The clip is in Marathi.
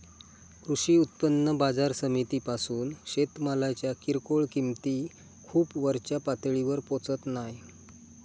कृषी उत्पन्न बाजार समितीपासून शेतमालाच्या किरकोळ किंमती खूप वरच्या पातळीवर पोचत नाय